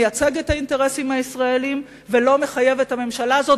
מייצג את האינטרסים הישראליים ולא מחייב את הממשלה הזאת